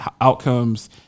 outcomes